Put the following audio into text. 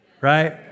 Right